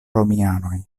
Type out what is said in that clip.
romianoj